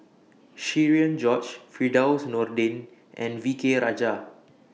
Cherian George Firdaus Nordin and V K Rajah